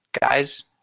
guys